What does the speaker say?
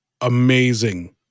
amazing